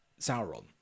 sauron